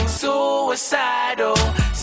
suicidal